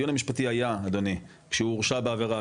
הדיון המשפטי היה כשהוא הורשע בעבירה,